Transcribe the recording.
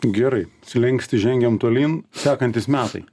gerai slenkstį žengėm tolyn sekantys metai